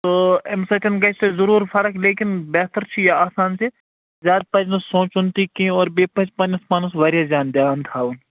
اَمہِ سۭتۍ گَژھِ تۄہہِ ضٔروٗر فرق لیکِن بہتر چھُ یہِ آسان زِ زیادٕ پَزِ نہٕ سونٛچُن تہِ کیٚنٛہہ اور بیٚیہِ پَزِ پنٛنِس پانس واریاہ زیادٕ دھیان تھاوُن